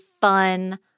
fun